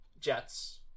jets